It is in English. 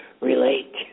relate